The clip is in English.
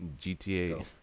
GTA